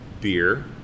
beer